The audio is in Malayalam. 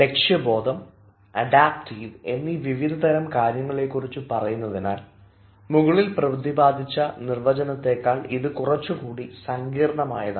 ലക്ഷ്യബോധം അഡാപ്റ്റീവ് എന്നീ വിവിധതരം കാര്യങ്ങളെക്കുറിച്ച് പറയുന്നതിനാൽ മുകളിൽ പ്രതിപാദിച്ച നിർവചനങ്ങളെക്കാൾ ഇത് കുറച്ചുകൂടി സങ്കീർണമായതാണ്